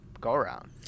go-around